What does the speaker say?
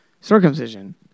circumcision